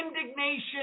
indignation